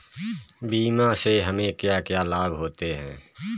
बीमा से हमे क्या क्या लाभ होते हैं?